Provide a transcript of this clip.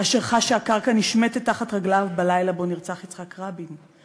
אשר חש שהקרקע נשמטת מתחת לרגליו בלילה שבו נרצח יצחק רבין.